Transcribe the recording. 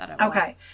Okay